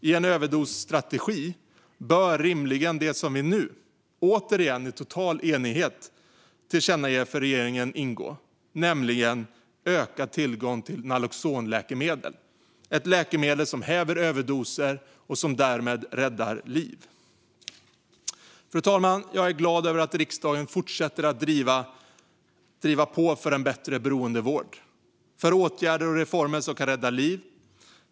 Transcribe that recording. I en överdosstrategi bör rimligen det som vi nu, återigen i total enighet, tillkännager för regeringen ingå, nämligen ökad tillgång till naloxonläkemedel. Det är ett läkemedel som häver överdoser och som därmed räddar liv. Fru talman! Jag är glad över att riksdagen fortsätter att driva på för en bättre beroendevård och för åtgärder och reformer som kan rädda liv.